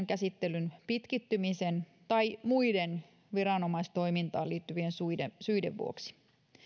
käsittelyn pitkittymisen tai muiden viranomaistoimintaan liittyvien syiden syiden vuoksi